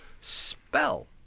spell